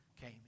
came